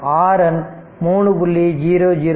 மற்றும் Rn 3